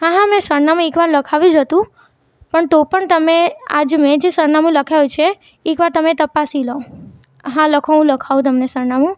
હા હા મેં સરનામું એક વાર લખાવ્યું જ હતું પણ તો પણ તમે આજ મેં જે સરનામું લખાવ્યું છે એ એક વાર તમે તપાસી લો હા લખો હું લખાવું તમને સરનામું